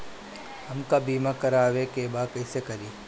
हमका बीमा करावे के बा कईसे करी?